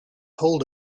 hold